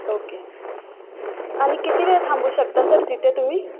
okay आणि किती वेळ थांबू शकता सर तिथे तुम्ही